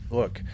look